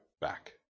back